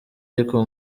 ariko